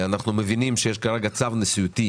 אנחנו מבינים שיש כרגע צו נשיאותי